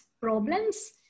problems